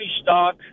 stock